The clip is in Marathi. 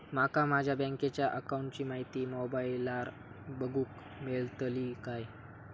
माका माझ्या बँकेच्या अकाऊंटची माहिती मोबाईलार बगुक मेळतली काय?